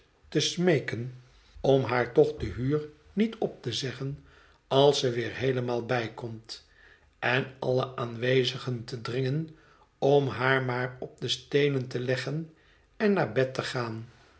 te smeeken om haar toch de huur niet op te zeggen als ze weer heelemaal bijkomt en alle aanwezigen te dringen om haar maar op de steenen te leggen en naar bed te gaan